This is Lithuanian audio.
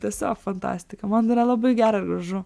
tiesiog fantastika man yra labai gera ir gražu